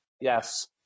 Yes